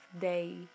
Day